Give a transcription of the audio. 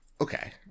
Okay